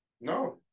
No